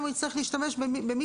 כי תישאר לנו עבירה פלילית לגבי מי